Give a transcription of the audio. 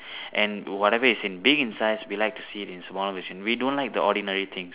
and whatever is in big in size we like to see it in small version we don't the ordinary things